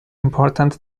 important